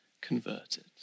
converted